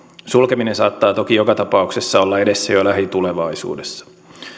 sulkeminen saattaa toki joka tapauksessa olla edessä jo lähitulevaisuudessa